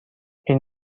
این